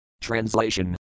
Translation